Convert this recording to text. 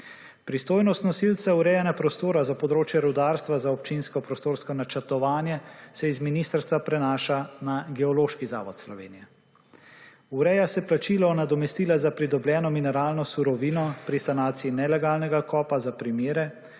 Pristojnost nosilca urejanja prostora za področje rudarstva za občinsko prostorsko načrtovanje se z ministrstva prenaša na Geološki zavod Slovenije. Ureja se plačilo nadomestila za pridobljeno mineralno surovino pri sanaciji nelegalnega kopa za primere,